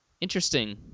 interesting